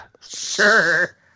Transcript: Sure